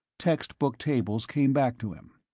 textbook tables came back to him.